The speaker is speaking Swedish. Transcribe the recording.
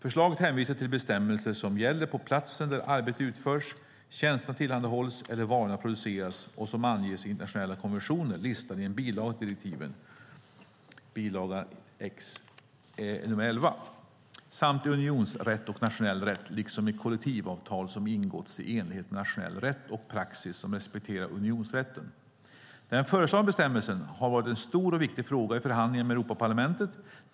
Förslaget hänvisar till bestämmelser som gäller på platsen där arbetet utförs, tjänsterna tillhandahålls eller varorna produceras och som anges i internationella konventioner listade i en bilaga till direktiven samt i unionsrätt och nationell rätt liksom i kollektivavtal som ingåtts i enlighet med nationell rätt och praxis som respekterar unionsrätten. Den föreslagna bestämmelsen har varit en stor och viktig fråga i förhandlingarna med Europaparlamentet.